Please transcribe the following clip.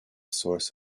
source